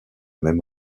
même